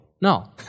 No